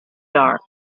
dark